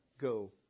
go